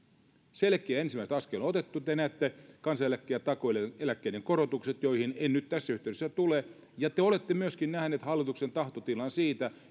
selkeät ensimmäiset askeleet on otettu te näette kansaneläkkeen ja takuueläkkeen korotukset joihin en nyt tässä yhteydessä tule ja te olette myöskin nähneet hallituksen tahtotilan siitä